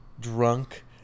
drunk